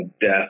death